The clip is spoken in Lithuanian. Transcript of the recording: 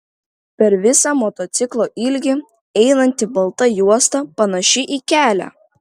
per visą motociklo ilgį einanti balta juosta panaši į kelią